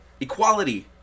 equality